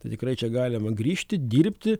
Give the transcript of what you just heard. tad tikrai čia galima grįžti dirbti